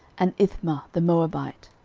and ithmah the moabite,